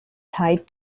tied